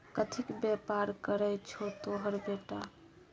कथीक बेपार करय छौ तोहर बेटा?